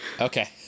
okay